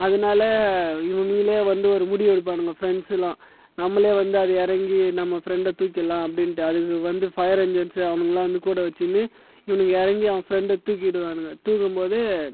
அதனால இவனுங்களே வந்து ஒரு முடிவு எடுப்பானுங்க ஃப்ரெண்ட்ஸுலாம் நம்மளே வந்து அது இறங்கி நம்ம ஃப்ரெண்டை தூக்கிடலாம் அப்படின்ட்டு அதுக்கு வந்து ஃபையர் இன்ஜின்ஸ்ஸு அவனுங்களாம் கூட வச்சுக்கின்னு இவனுங்க இறங்கி அவன் ஃப்ரெண்டை தூக்கிவிடுவானுங்க தூக்கும்போது